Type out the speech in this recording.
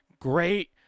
great